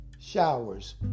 showers